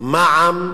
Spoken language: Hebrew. מע"מ